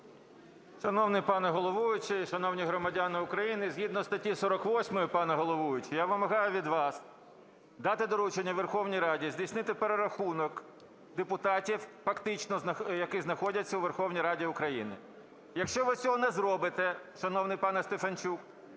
Шановний пане головуючий, шановні громадяни України, згідно статті 48, пане головуючий, я вимагаю від вас дати доручення Верховній Раді здійснити перерахунок депутатів, фактично які знаходяться у Верховній Раді України. Якщо ви цього не зробите, шановний пане Стефанчук,